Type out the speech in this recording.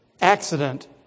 accident